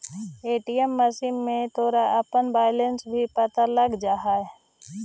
ATM machine में तोरा अपना बैलन्स भी पता लग जाटतइ